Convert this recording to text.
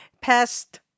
Pest